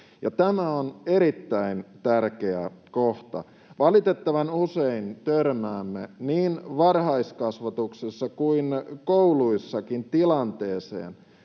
tämä on erittäin tärkeä kohta. Valitettavan usein törmäämme niin varhaiskasvatuksessa kuin kouluissakin tilanteeseen,